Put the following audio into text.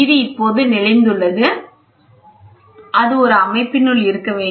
இது இப்போது நெளிந்துள்ளது அது ஒரு அமைப்பினுள் இருக்க வேண்டும்